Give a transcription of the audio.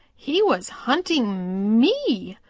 he was hunting me.